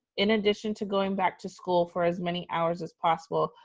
in addition to going back to school for as many hours as possible,